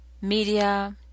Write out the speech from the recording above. media